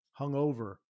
hungover